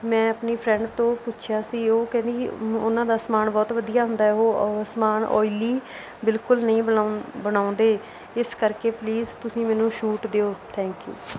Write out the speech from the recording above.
ਮੈਂ ਆਪਣੀ ਫਰੈਂਡ ਤੋਂ ਪੁੱਛਿਆ ਸੀ ਉਹ ਕਹਿੰਦੀ ਸੀ ਉਨ੍ਹਾਂ ਦਾ ਸਮਾਨ ਬਹੁਤ ਵਧੀਆ ਹੁੰਦਾ ਹੈ ਉਹ ਉਹ ਸਮਾਨ ਓਇਲੀ ਬਿਲਕੁਲ ਨਹੀਂ ਬਣਾ ਬਣਾਉਂਦੇ ਇਸ ਕਰਕੇ ਪਲੀਸ ਤੁਸੀਂ ਮੈਨੂੰ ਛੂਟ ਦਿਓ ਥੈਂਕ ਯੂ